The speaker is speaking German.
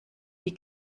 die